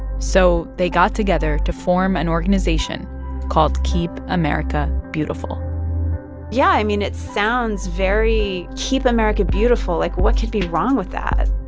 so they got together to form an organization called keep america beautiful yeah. i mean, it sounds very keep america beautiful like, what could be wrong with that?